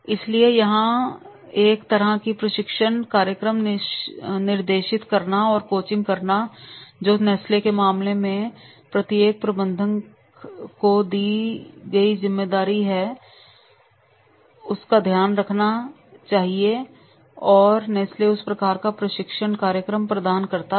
इसलिए यहां एक तरह का प्रशिक्षण कार्यक्रम निर्देशित करना और कोचिंग करना जो नेस्ले के मामले में प्रत्येक प्रबंधक को दी गई जिम्मेदारी है उसका ध्यान रखना चाहिए और नेस्ले उस प्रकार का प्रशिक्षण कार्यक्रम प्रदान करता है